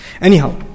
Anyhow